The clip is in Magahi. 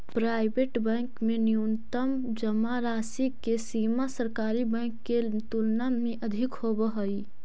प्राइवेट बैंक में न्यूनतम जमा राशि के सीमा सरकारी बैंक के तुलना में अधिक होवऽ हइ